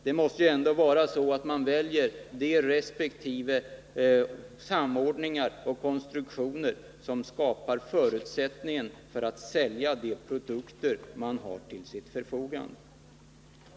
Det måste ändå vara så att man väljer de resp. samordningar och konstruktioner som skapar förutsättningen för att man skall kunna sälja de produkter man har till sitt förfogande.